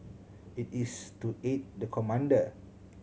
it is to aid the commander